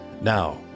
Now